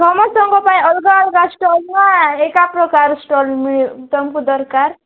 ସମସ୍ତଙ୍କ ପାଇଁ ଅଲଗା ଅଲଗା ଷ୍ଟଲ୍ ନା ଏକା ପ୍ରକାର ଷ୍ଟଲ୍ ତୁମକୁ ଦରକାର